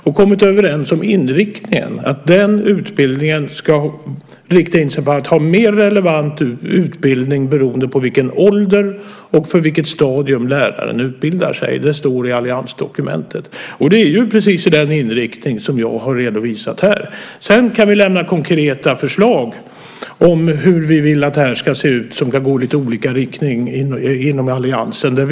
Man är också överens om att den nya utbildningen ska bli mer relevant med hänsyn till vilken ålder och vilket stadium läraren utbildar sig för. Det står i alliansdokumentet. Det är precis den inriktning som jag har redovisat här. Sedan kan vi inom alliansen lämna konkreta förslag i lite olika riktningar för hur detta ska se ut.